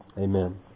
Amen